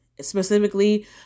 specifically